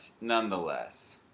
nonetheless